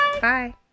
bye